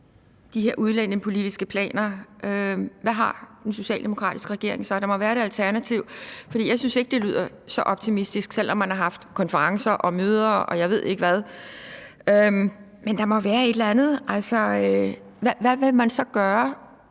de her asyllejre? Hvad vil den socialdemokratiske regering så? Der må være et alternativ. For jeg synes ikke, det lyder så optimistisk, selv om man har haft konferencer og møder, og jeg ved ikke hvad. Der må være et eller andet. Hvad vil man så gøre,